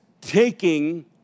taking